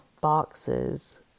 boxes